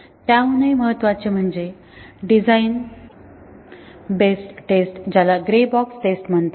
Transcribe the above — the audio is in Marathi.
त्याहूनही महत्त्वाचे म्हणजे डिझाइन बेस्ड टेस्ट ज्याला ग्रे बॉक्स टेस्ट म्हणतात